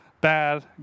bad